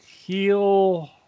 heal